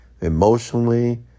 emotionally